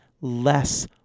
less